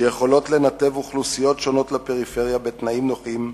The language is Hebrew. שיכולות לנתב אוכלוסיות שונות לפריפריה בתנאים נוחים,